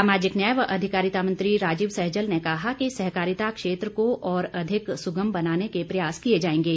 सामाजिक न्याय व अधिकारिता मंत्री राजीव सैजल ने कहा कि सहकारिता क्षेत्र को और अधिक सुगम बनाने के प्रयास किए जाएंगे